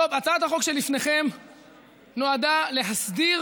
הצעת החוק שלפניכם נועדה להסדיר